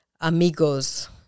amigos